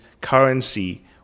currency